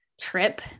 trip